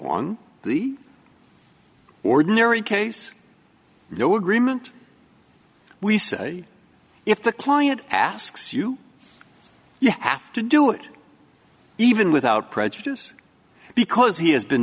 on the ordinary case no agreement we say if the client asks you you have to do it even without prejudice because he has been